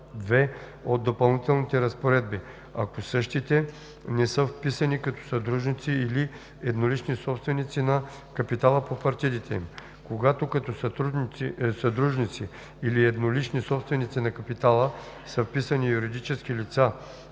§ 2 от допълнителните разпоредби, ако същите не са вписани като съдружници или еднолични собственици на капитала по партидите им. Когато като съдружници или еднолични собственици на капитала са вписани юридически лица